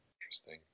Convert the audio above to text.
interesting